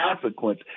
consequence